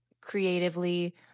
creatively